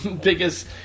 biggest